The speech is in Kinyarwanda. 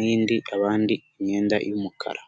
n'indi, abandi imyenda y'umukara.